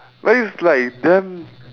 well it's like damn